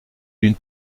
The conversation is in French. d’une